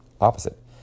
opposite